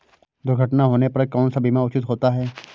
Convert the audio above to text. दुर्घटना होने पर कौन सा बीमा उचित होता है?